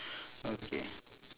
okay